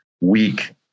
weak